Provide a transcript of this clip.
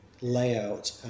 layout